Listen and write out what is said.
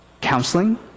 counseling